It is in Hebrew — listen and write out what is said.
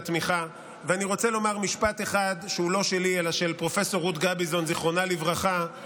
אין לך מה לדבר על חברים אצלנו.